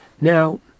now